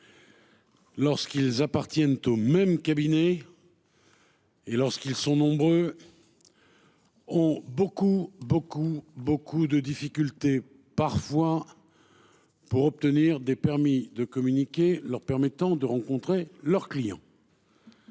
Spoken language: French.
lorsqu'ils appartiennent au même cabinet et lorsqu'ils sont nombreux, ont parfois beaucoup de difficultés pour obtenir des permis de communiquer leur permettant de rencontrer leurs clients.